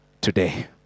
today